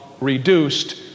reduced